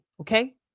Okay